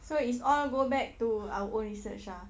so is all go back to our own research ah